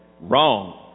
Wrong